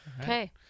Okay